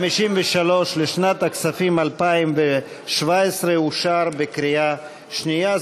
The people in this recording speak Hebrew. סעיף 53 לשנת הכספים 2017 אושר בקריאה שנייה.